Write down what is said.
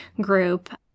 group